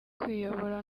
kwiyobora